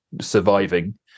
surviving